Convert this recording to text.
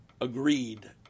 agreed